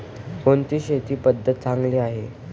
कोणती शेती पद्धती चांगली आहे?